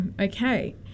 okay